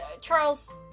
Charles